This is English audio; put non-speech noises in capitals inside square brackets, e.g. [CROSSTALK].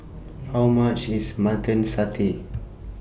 How much IS Mutton Satay [NOISE]